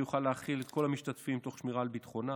שיוכל להכיל את כל המשתתפים תוך שמירה על ביטחונם.